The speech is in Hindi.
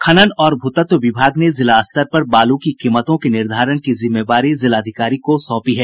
खनन और भूतत्व विभाग ने जिला स्तर पर बालू की कीमतों के निर्धारण की जिम्मेवारी जिलाधिकारी को सौंपी है